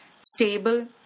stable